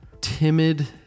timid